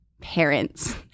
parents